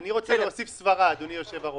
אני רוצה להוסיף סברה, אדוני היושב-ראש.